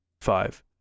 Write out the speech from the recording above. five